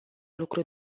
lucru